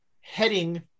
heading